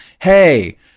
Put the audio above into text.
hey